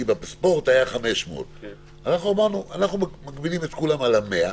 כי בספורט היה 500. אמרנו שאנחנו מגבילים את כולם על ה-100,